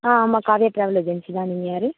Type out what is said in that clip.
ஆ ஆமாம் Kavya travel agency தான் நீங்கள் யார்